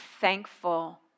thankful